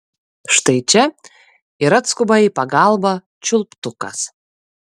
štai čia ir atskuba į pagalbą čiulptukas